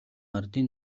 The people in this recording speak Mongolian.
ардын